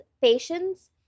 patience